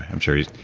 i'm sure he's.